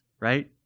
right